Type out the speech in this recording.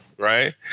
Right